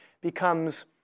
becomes